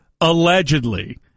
Allegedly